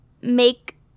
make